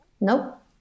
nope